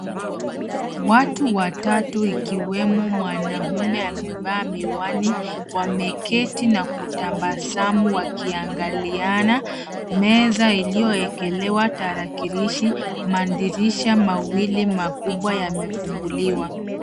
Watu watatu ikiwemo mwanaume amevaa miwani wameketi na kutambasamu wakiangaliana. Meza iliyoekelewa tarakilishi. Madirisha mawili makubwa yamefunguliwa.